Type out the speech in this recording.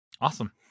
Awesome